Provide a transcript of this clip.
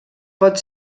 pot